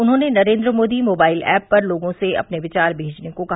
उन्होंने Narendra Modi mobile app पर लोगों से अपने विचार भेजने को कहा